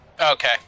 Okay